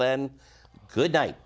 then good night